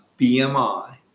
BMI